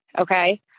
okay